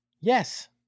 Yes